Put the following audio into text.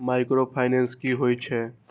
Micro finance कि होई छै?